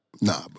Nah